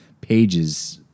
pages